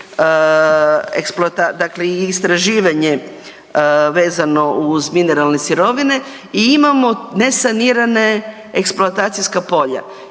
dakle istraživanje vezano uz mineralne sirovine i imamo nesanirana eksploatacijska polja.